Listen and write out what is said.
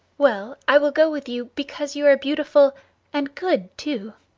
well, i will go with you because you are beautiful and good, too.